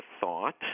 thought